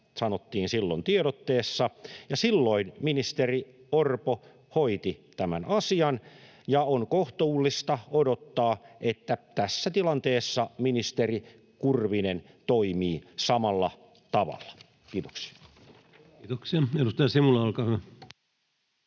sanottiin silloin tiedotteessa, ja silloin ministeri Orpo hoiti tämän asian. On kohtuullista odottaa, että tässä tilanteessa ministeri Kurvinen toimii samalla tavalla. — Kiitoksia. [Speech 105] Speaker: